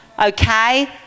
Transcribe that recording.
okay